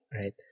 right